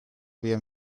bien